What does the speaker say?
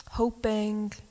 Hoping